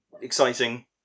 Exciting